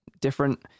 different